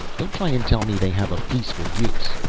don't try and tell me they have a peaceful use.